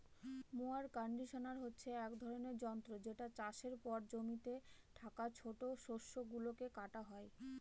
mower conditioner হচ্ছে এক ধরনের যন্ত্র যেটা চাষের পর জমিতে থাকা ছোট শস্য গুলোকে কাটা হয়